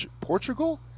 Portugal